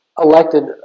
elected